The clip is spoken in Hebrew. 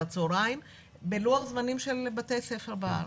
הצוהריים בלוח זמנים של בתי ספר בארץ.